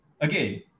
again